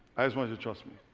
i just want you to trust me.